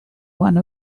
one